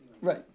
Right